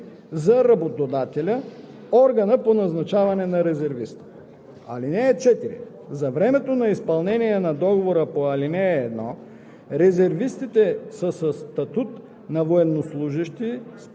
мястото на службата, възнаграждението, правата и задълженията на страните по договора, и се посочват данни за работодателя/органа по назначаване на резервиста.